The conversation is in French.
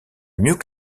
mieux